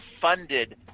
funded